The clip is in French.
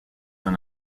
dans